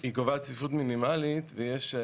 היא קובעת צפיפות מינימלית ויש,